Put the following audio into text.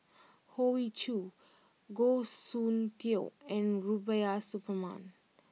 Hoey Choo Goh Soon Tioe and Rubiah Suparman